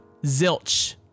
zilch